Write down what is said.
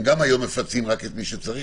הם גם היום מפצים רק את מי שצריך,